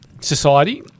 society